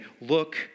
look